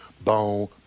boom